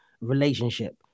relationship